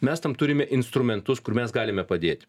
mes tam turime instrumentus kur mes galime padėti